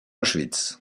auschwitz